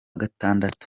gatandatu